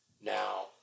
Now